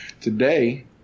Today